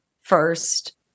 first